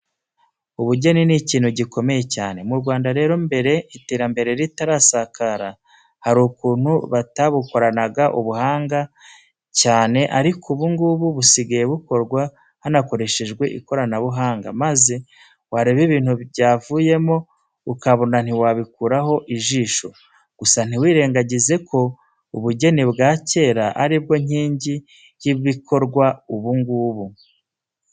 Ubugeni ni ikintu gikomeye cyane. Mu Rwanda rero mbere iterambere ritarasakara hari ukuntu batabukoranaga ubuhanga cyane ariko ubu ngubu busigaye bukorwa hanakoreshejwe ikoranabuhanga maze wareba ibintu byavuyemo ukabona ntiwabikuraho ijisho, gusa ntitwirengagize ko ubugeni bwa kera ari bwo nkingi y'ibikorwa ubu ngubu.